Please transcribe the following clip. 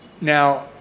now